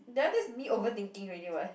ya that's me overthinking already [what]